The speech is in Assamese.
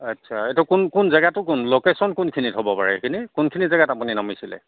আচ্ছা এইটো কোন কোন জেগাটো কোন ল'কেচন কোনখিনি হ'ব বাৰু সেইখিনি কোনখিনি জেগাত আপুনি নামিছিলে